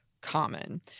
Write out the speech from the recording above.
common